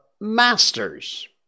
masters